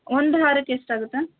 ಒಂದು ಹಾರಕ್ಕೆ ಎಷ್ಟಾಗುತ್ತೆ